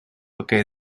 пока